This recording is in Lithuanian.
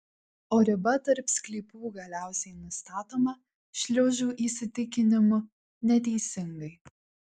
o riba tarp sklypų galiausiai nustatoma šliužų įsitikinimu neteisingai